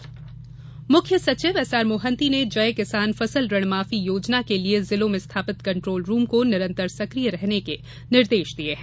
जय किसान फसल योजना मुख्य सचिव एसआर मोहंती ने जय किसान फसल ऋण माफी योजना के लिये जिलों में स्थापित कंट्रोल रूम को निरंतर सक्रिय रखने के निर्देश दिये हैं